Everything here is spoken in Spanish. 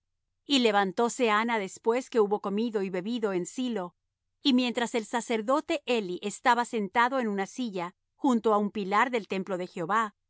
y levantóse anna después que hubo comido y bebido en silo y mientras el sacerdote eli estaba sentado en una silla junto á un pilar del templo de jehová